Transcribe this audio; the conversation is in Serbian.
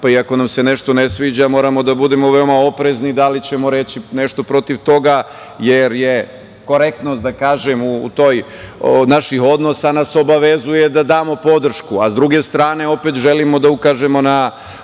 pa i ako nam se nešto ne sviđa moramo da budemo veoma oprezni da li ćemo reći nešto protiv toga jer nas korektnost naših odnosa obavezuje da damo podršku, a sa druge strane opet želimo da ukažemo na